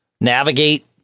navigate